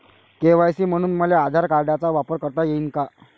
KYC म्हनून मले आधार कार्डाचा वापर करता येईन का?